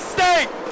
State